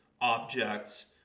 objects